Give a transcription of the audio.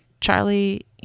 Charlie